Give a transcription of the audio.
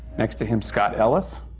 next to him, scott ellis,